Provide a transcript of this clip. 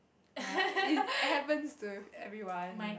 ya it happens to everyone